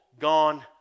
gone